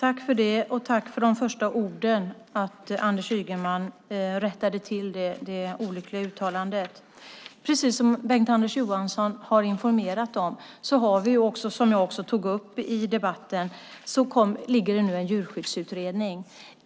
Herr talman! Tack för de första orden där Anders Ygeman rättade det olyckliga uttalandet. Precis som Bengt-Anders Johansson har informerat om och som jag också tog upp i mitt anförande pågår nu en djurskyddsutredning.